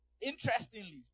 Interestingly